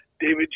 David